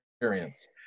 experience